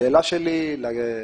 השאלה שלי לגברת,